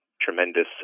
tremendous